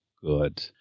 good